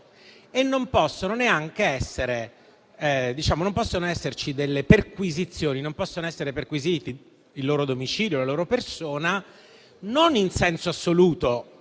Non possono essere perquisiti il loro domicilio e la loro persona non in senso assoluto,